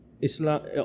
Islam